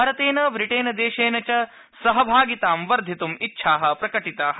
भारतेन ब्रिटेनदेशेन च सहभागिता वर्थित्म् इच्छाः प्रकटिताः